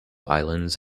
islands